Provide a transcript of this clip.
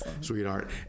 sweetheart